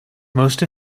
most